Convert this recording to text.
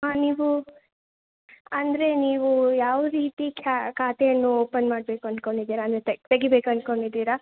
ಹಾಂ ನೀವು ಅಂದರೆ ನೀವು ಯಾವ ರೀತಿ ಖಾತೆಯನ್ನು ಓಪನ್ ಮಾಡಬೇಕು ಅಂದ್ಕೊಂಡಿದ್ದೀರಾ ಅಂದರೆ ತೆಗೀಬೇಕು ಅಂದ್ಕೊಂಡಿದ್ದೀರಾ